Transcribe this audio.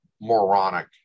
moronic